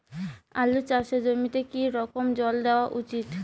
আলু চাষের জমিতে কি রকম জল দেওয়া উচিৎ?